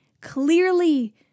clearly